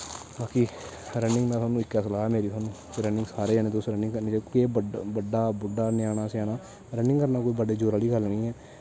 बाकी रनिंग में थुआनू इक्कै सलाह् थुआनू रनिंग सारें जनें तुसें रनिंग करनी चाहिदी केह् बड्डा बुड्ढा स्याना ञ्याना रनिंग करना कोई बड्डे जोर आह्ली गल्ल निं ऐ